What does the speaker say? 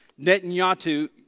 Netanyahu